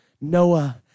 Noah